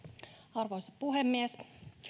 arvoisa puhemies